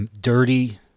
dirty